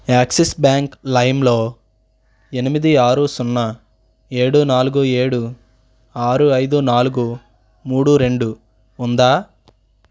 axis Bank లైమ్లో ఎనిమిది ఆరు సున్నా ఏడు నాలుగు ఏడు ఆరు ఐదు నాలుగు మూడు రెండు ఉందా